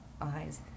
eyes